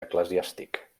eclesiàstic